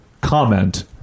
comment